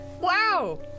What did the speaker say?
Wow